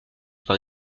par